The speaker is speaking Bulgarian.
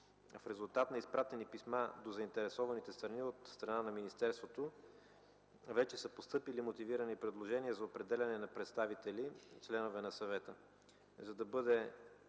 В резултат на изпратени писма до заинтересованите страни от страна на министерството вече са постъпили мотивирани предложения за определяне на представители – членове на Съвета.